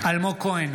אלמוג כהן,